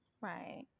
Right